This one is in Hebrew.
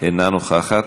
אינה נוכחת,